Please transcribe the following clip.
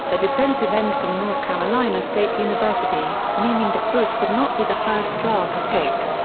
a defensive end from north carolina state university, meaning that bush would not be the first draft pick.